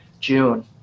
June